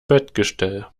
bettgestell